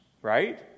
right